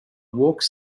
walks